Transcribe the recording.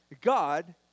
God